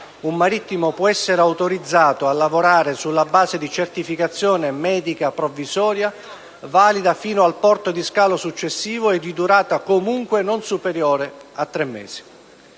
un marittimo può essere autorizzato a lavorare sulla base di certificazione medica provvisoria, valida fino al porto di scalo successivo e di durata comunque non superiore a tre mesi.